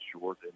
short